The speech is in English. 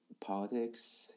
politics